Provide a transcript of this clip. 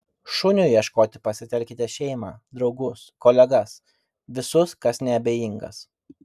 šuniui ieškoti pasitelkite šeimą draugus kolegas visus kas neabejingas